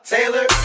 Taylor